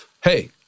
Hey